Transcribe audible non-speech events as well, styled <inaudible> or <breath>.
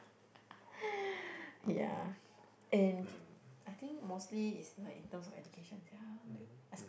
<breath> yeah and I think mostly is like in terms of education sia like I scared